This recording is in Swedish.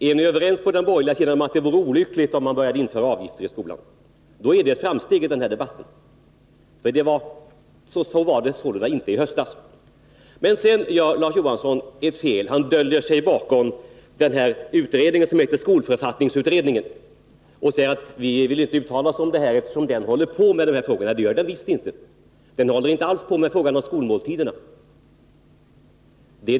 Är ni överens på den borgerliga sidan om att det vore olyckligt om man började införa avgifter i skolan? Då är det ett framsteg i den här debatten. Så var det sålunda inte i höstas. Sedan gör Larz Johansson ett fel. Han döljer sig bakom skolförfattningsutredningen och säger: Vi vill inte uttala oss, eftersom utredningen håller på med de här frågorna. — Det gör den visst inte. Den håller inte alls på med frågan om skolmåltiderna.